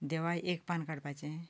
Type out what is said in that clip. देवाक एक पान काडपाचें